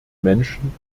menschen